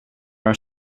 are